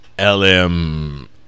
lm